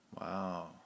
Wow